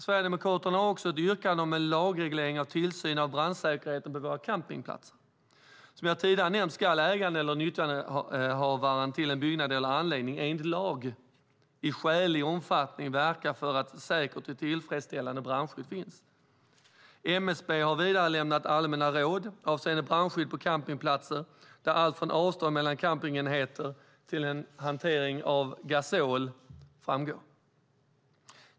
Sverigedemokraterna har också ett yrkande om en lagreglering av tillsyn av brandsäkerheten på våra campingplatser. Som jag tidigare nämnt ska ägaren eller nyttjanderättshavaren till en byggnad eller anläggning enligt lag i skälig omfattning verka för att ett säkert och tillfredsställande brandskydd finns. MSB har vidare lämnat allmänna råd avseende brandskydd på campingplatser där allt från avstånd mellan campingenheter till hanteringen av gasol framgår.